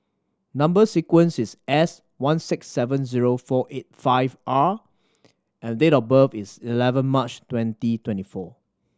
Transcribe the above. number sequence is S one six seven zero four eight five R and date of birth is eleven March twenty twenty four